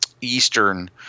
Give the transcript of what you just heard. eastern